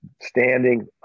standing